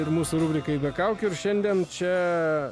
ir mūsų rubrikai be kaukių ir šiandien čia